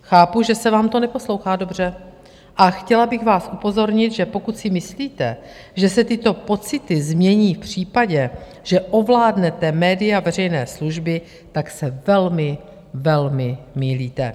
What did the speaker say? Chápu, že se vám to neposlouchá dobře, a chtěla bych vás upozornit, že pokud si myslíte, že se tyto pocity změní v případě, že ovládnete média veřejné služby, tak se velmi, velmi mýlíte.